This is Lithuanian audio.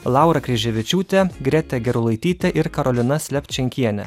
laura kryževičiūtė greta gerulaitytė ir karolina slepčenkienė